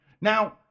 Now